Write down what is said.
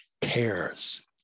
cares